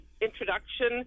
introduction